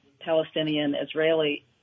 Palestinian-Israeli